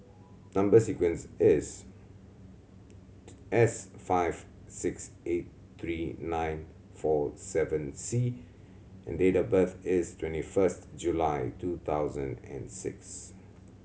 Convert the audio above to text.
number sequence is S five six eight three nine four seven C and date of birth is twenty first July two thousand and six